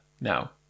now